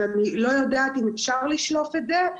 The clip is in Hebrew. אז אני לא יודעת אם אפשר לשלוף את זה,